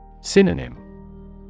Synonym